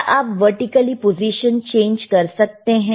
क्या आप vertical position change कर सकते हैं